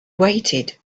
waited